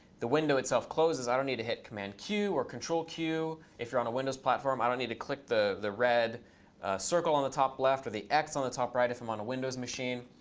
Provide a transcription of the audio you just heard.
the window itself closes. i don't need to hit command q or control q. if you're on a windows platform, i don't need to click the the red circle on the top left or the x on the top right, if i'm on a windows machine.